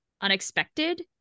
unexpected